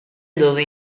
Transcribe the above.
dove